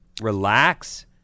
relax